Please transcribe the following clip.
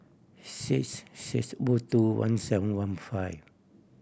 six six O two one seven one five